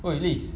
!oi! liz